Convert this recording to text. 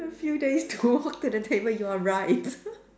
a few days to walk to the table you are right